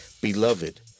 Beloved